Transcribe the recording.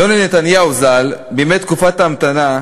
יוני נתניהו ז"ל, בימי תקופת ההמתנה,